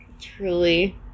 Truly